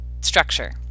structure